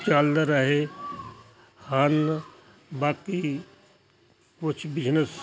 ਚਲ ਰਹੇ ਹਨ ਬਾਕੀ ਕੁਛ ਬਿਜ਼ਨਸ